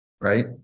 Right